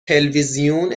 تلویزیون